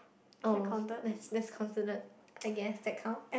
oh that's that's considerate I guess that count